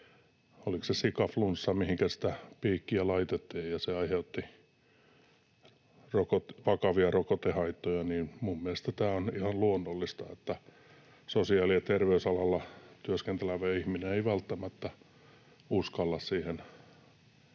oliko se, sikaflunssa, mihinkä sitä piikkiä laitettiin, joka aiheutti vakavia rokotehaittoja, niin minun mielestäni on ihan luonnollista, että sosiaali‑ ja terveysalalla työskentelevä ihminen ei välttämättä uskalla heti